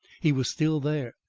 he was still there.